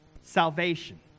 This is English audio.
salvation